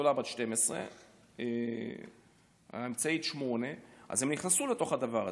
הגדולה בת 12 והאמצעית בת 8 אז הן נכנסו לדבר הזה.